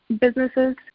businesses